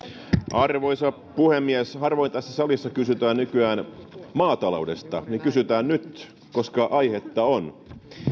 arvoisa puhemies harvoin tässä salissa nykyään kysytään maataloudesta mutta kysytään nyt koska aihetta on